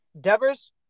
Devers